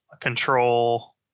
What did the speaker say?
control